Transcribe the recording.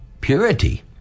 purity